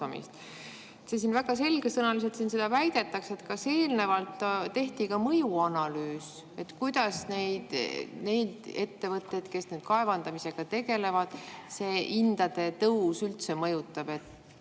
siin väga selgesõnaliselt väidetakse. Kas eelnevalt tehti ka mõjuanalüüs, kuidas neid ettevõtteid, kes kaevandamisega tegelevad, hindade tõus üldse mõjutab?